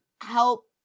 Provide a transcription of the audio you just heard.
help